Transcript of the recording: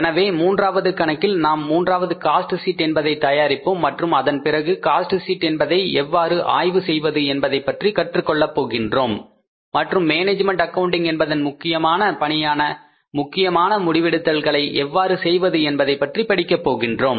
எனவே மூன்றாவது கணக்கில் நாம் மூன்றாவது காஸ்ட் ஷீட் என்பதை தயாரிப்போம் மற்றும் அதன்பிறகு காஸ்ட் ஷீட் என்பதை எவ்வாறு ஆய்வு செய்வது என்பதைப் பற்றி கற்றுக் கொள்ளப் போகின்றோம் மற்றும் மேனேஜ்மெண்ட் அக்கவுண்டிங் என்பதன் முக்கியமான பணியான முக்கியமான முடிவெடுத்தல்களை எவ்வாறு செய்வது என்பதைப் பற்றி படிக்கப் போகிறோம்